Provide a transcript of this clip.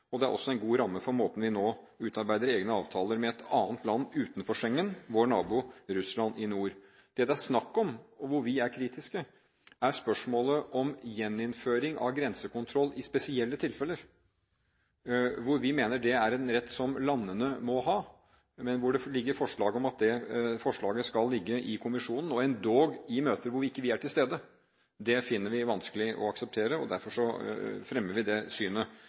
oss. Det er også en god ramme for måten vi nå utarbeider egne avtaler på med et annet land utenfor Schengen, vår nabo i nord, Russland. Det det er snakk om, og hvor vi er kritiske, er spørsmålet om gjeninnføring av grensekontroll i spesielle tilfeller, som vi mener er en rett som landene må ha, men hvor det ligger forslag om at det forslaget skal ligge i kommisjonen og endog i møter hvor vi ikke er til stede. Det finner vi vanskelig å akseptere, og derfor fremmer vi det synet.